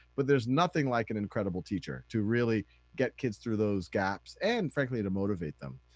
but there's nothing like an incredible teacher to really get kids through those gaps, and frankly, to motivate them.